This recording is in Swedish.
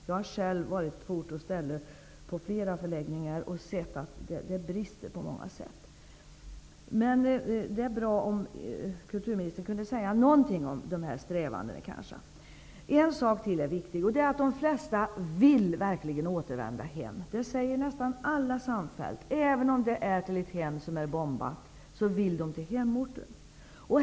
Jag har själv varit på ort och ställe på flera förläggningar och sett att det finns många brister. Det vore dock bra om kulturministern kunde säga någonting om dessa strävanden. En sak till är viktig. De flesta vill verkligen återvända hem, det säger nästan alla samfällt. Även om det är till ett hem som är bombat så vill de till hemorten.